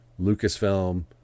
lucasfilm